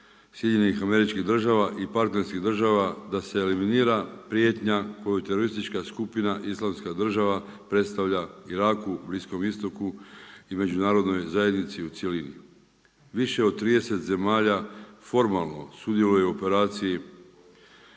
i duboku predanost SAD-a i partnerskih država da se eliminira prijetnja koju teroristička skupina Islamska država predstavlja Iraku, Bliskom istoku i Međunarodnoj zajednici u cjelini. Više od 30 zemalja formalno sudjeluje u Operaciji